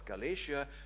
Galatia